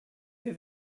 wir